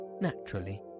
naturally